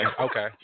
Okay